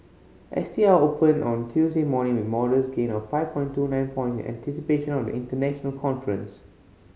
S T I opened on Tuesday morning with modest gain of five point two nine points in anticipation of the international conference